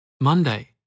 Monday